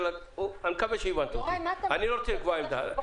אני לא רוצה לקבוע עמדה.